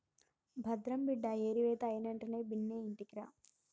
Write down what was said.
భద్రం బిడ్డా ఏరివేత అయినెంటనే బిన్నా ఇంటికిరా